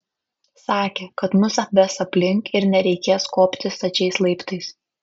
sakė kad mus apves aplink ir nereikės kopti stačiais laiptais